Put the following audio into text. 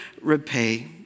repay